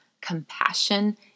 compassion